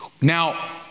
Now